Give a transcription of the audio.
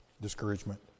discouragement